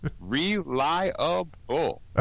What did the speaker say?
reliable